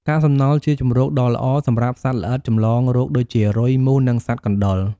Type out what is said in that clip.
កាកសំណល់ជាជម្រកដ៏ល្អសម្រាប់សត្វល្អិតចម្លងរោគដូចជា រុយ មូស និងសត្វកណ្ដុរ។